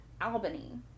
Albany